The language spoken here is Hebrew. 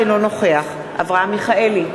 אינו נוכח אברהם מיכאלי,